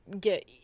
get